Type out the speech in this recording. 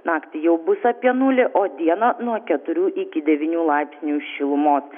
naktį jau bus apie nulį o dieną nuo keturių iki devynių laipsnių šilumos